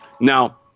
now